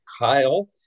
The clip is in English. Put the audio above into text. Kyle